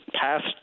past